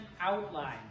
outline